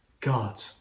God